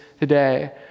today